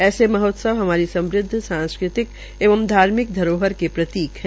ऐसे महोत्सव हमारी समृद सांस्कृतिक एवं धार्मिक धरोहर के प्रतीक है